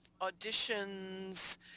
auditions